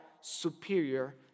superior